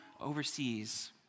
overseas